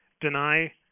deny